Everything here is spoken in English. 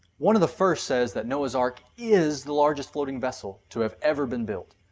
one of the first says that noah's ark is the largest floating vessel to have ever been built.